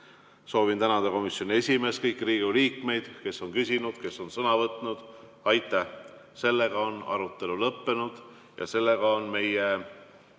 Soovin tänada ka komisjoni esimeest, kõiki Riigikogu liikmeid, kes on küsinud, kes on sõna võtnud. Aitäh! Sellega on arutelu lõppenud ja meie